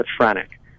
schizophrenic